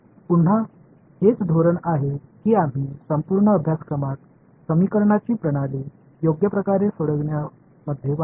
पुन्हा हेच धोरण आहे की आम्ही संपूर्ण अभ्यासक्रमात समीकरणांची प्रणाली योग्य प्रकारे सोडविण्यामध्ये वापरू